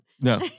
no